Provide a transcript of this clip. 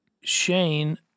Shane